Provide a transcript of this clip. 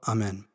Amen